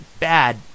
Bad